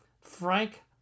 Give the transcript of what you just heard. frank